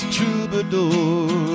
Troubadour